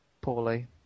poorly